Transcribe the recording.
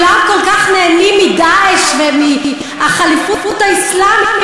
הם כל כך מודאגים ממעמד הנשים,